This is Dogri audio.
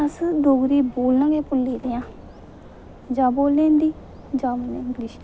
अस डोगरी बोलनी गै भुल्ली गेदे आं जां बोलनी हिंदी जां बोलनी इंग्लिश